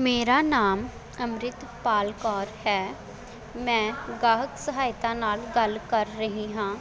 ਮੇਰਾ ਨਾਮ ਅੰਮ੍ਰਿਤਪਾਲ ਕੌਰ ਹੈ ਮੈਂ ਗਾਹਕ ਸਹਾਇਤਾ ਨਾਲ ਗੱਲ ਕਰ ਰਹੀ ਹਾਂ